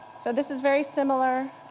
so this is very similar